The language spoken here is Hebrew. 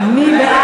לשנת 2014. מי בעד,